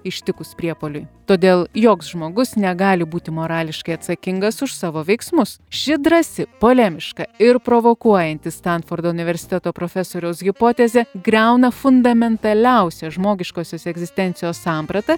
ištikus priepuoliui todėl joks žmogus negali būti morališkai atsakingas už savo veiksmus ši drąsi polemiška ir provokuojanti stenfordo universiteto profesoriaus hipotezė griauna fundamentaliausią žmogiškosios egzistencijos sampratą